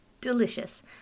delicious